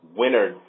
winner